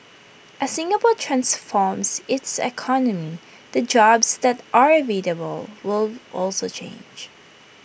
as Singapore transforms its economy the jobs that are available will also change